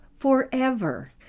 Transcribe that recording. forever